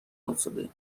افتاده